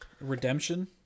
Redemption